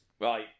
Right